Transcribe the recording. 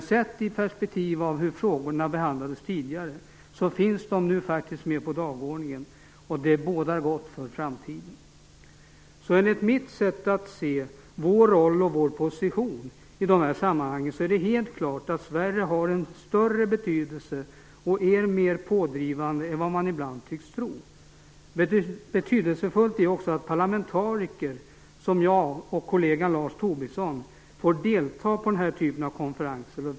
Men sett i perspektivet av hur frågorna behandlades tidigare finns de nu åtminstone med på dagordningen, och det bådar gott inför framtiden. Enligt mitt sätt att se vår roll och vår position i de här sammanhangen är det alltså helt klart att Sverige har en större betydelse och är mer pådrivande än vad man ibland tycks tro. Betydelsefullt är också att parlamentariker som jag och kollegan Lars Tobisson får delta på den typen av konferenser.